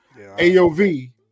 AOV